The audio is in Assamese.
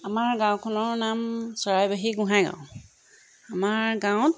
আমাৰ গাঁওখনৰ নাম চৰাইবাহী গোঁহাই গাঁও আমাৰ গাঁৱত